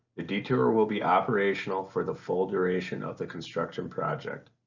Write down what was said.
the detour will be operational for the full duration of the construction project.